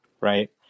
right